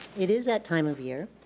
it is that time of year.